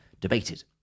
debated